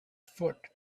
foot